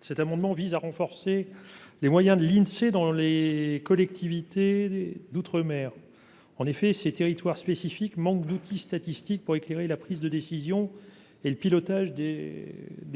Cet amendement vise à renforcer les moyens de l'Insee dans les collectivités d'outre-mer. En effet, ces territoires spécifiques manquent d'outils statistiques pour éclairer la prise de décision et le pilotage des